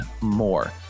more